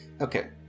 Okay